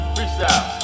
Freestyle